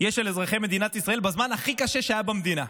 יש על אזרחי מדינת ישראל בזמן הכי קשה שהיה במדינה.